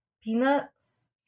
peanuts